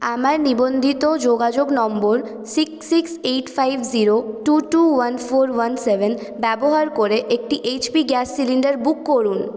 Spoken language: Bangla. আমার নিবন্ধিত যোগাযোগ নম্বর six six eight five zero two two one four one seven ব্যবহার করে একটি H P gas cylinder book করুন